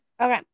Okay